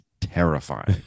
terrifying